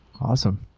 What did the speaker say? Awesome